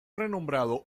renombrado